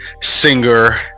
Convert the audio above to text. Singer